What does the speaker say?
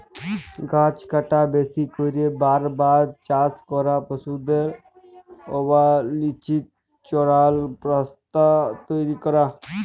গাহাচ কাটা, বেশি ক্যইরে বার বার চাষ ক্যরা, পশুদের অবাল্ছিত চরাল, রাস্তা তৈরি ক্যরা